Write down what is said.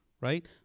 right